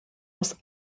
muss